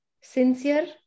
Sincere